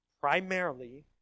primarily